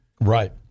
Right